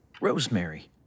Rosemary